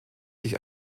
sich